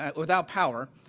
and without power.